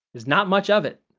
there's not much of it.